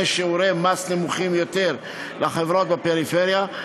שיעורי מס נמוכים יותר לחברות בפריפריה,